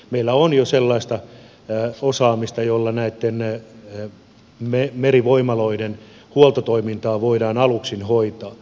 meillä on jo sellaista osaamista jolla näitten merivoimaloiden huoltotoimintaa voidaan aluksin hoitaa